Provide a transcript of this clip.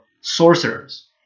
sorcerers